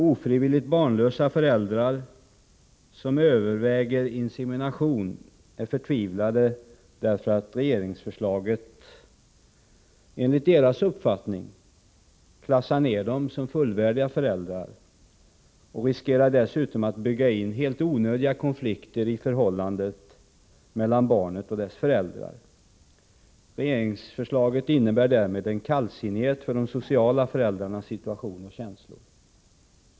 Ofrivilligt barnlösa föräldrar som överväger insemination är förtvivlade, därför att regeringsförslaget enligt deras uppfattning klassar ned dem såsom fullvärdiga föräldrar och dessutom riskerar att bygga in helt omöjliga konflikter i förhållandet mellan barnet och dess föräldrar. Regeringsförslaget innebär därmed en kallsinnighet mot de sociala föräldrarnas situation och känslor.